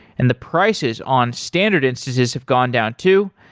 and the prices on standard instances have gone down too.